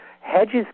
Hedges